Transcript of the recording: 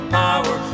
power